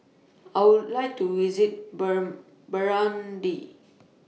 I Would like to visit Burn Burundi